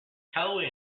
calloway